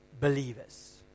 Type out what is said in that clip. believers